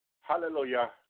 hallelujah